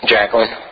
Jacqueline